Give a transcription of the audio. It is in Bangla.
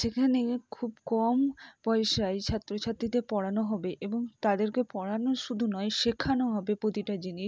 যেখানে খুব কম পয়সায় ছাত্র ছাত্রীদের পড়ানো হবে এবং তাদেরকে পড়ানো শুধু নয় শেখানো হবে প্রতিটা জিনিস